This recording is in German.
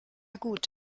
gut